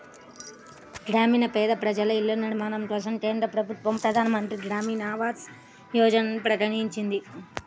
గ్రామీణ పేద ప్రజలకు ఇళ్ల నిర్మాణం కోసం కేంద్ర ప్రభుత్వం ప్రధాన్ మంత్రి గ్రామీన్ ఆవాస్ యోజనని ప్రకటించింది